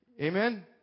Amen